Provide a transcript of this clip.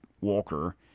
Walker